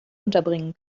unterbringen